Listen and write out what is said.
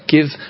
Give